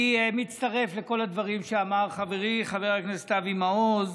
אני מצטרף לכל הדברים שאמר חברי חבר הכנסת אבי מעוז.